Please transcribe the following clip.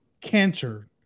cancer